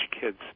kids